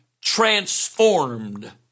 transformed